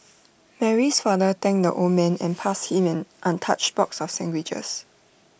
Mary's father thanked the old man and passed him an untouched box of sandwiches